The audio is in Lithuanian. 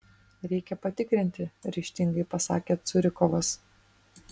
reikia patikrinti ryžtingai pasakė curikovas